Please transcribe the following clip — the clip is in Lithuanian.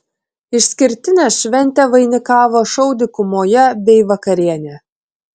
išskirtinę šventę vainikavo šou dykumoje bei vakarienė